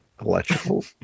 electrical